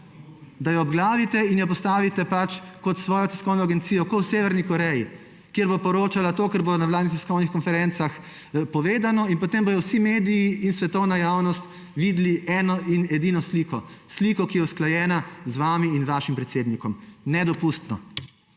da jo obglavite in jo postavite kot svojo tiskovno agencijo, kot v Severni Koreji, kjer bo poročala to, kar bo na vladnih tiskovnih konferencah povedano; in potem bodo vsi mediji in svetovna javnost videli eno in edino sliko. Sliko, ki je usklajena z vami in vašim predsednikom. Nedopustno.